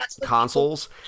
consoles